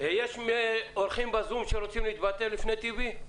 יש אורחים בזום שרוצים להתבטא לפני שידבר טיבי רבינוביץ'?